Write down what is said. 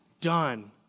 done